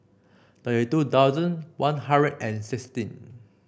thirty two thousand One Hundred and sixteen